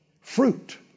Fruit